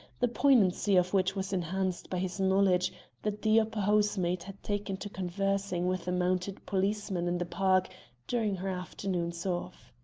the poignancy of which was enhanced by his knowledge that the upper housemaid had taken to conversing with a mounted policeman in the park during her afternoons off.